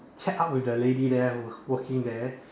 chat up with the lady there who was working there